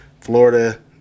Florida